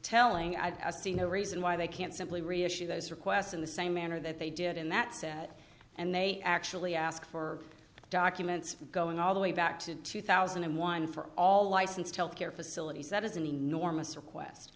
telling i see no reason why they can't simply reissue those requests in the same manner that they did in that set and they actually ask for documents going all the way back to two thousand and one for all licensed health care facilities that is an enormous request